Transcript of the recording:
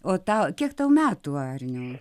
o tau kiek tau metų arniau